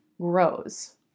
grows